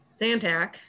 zantac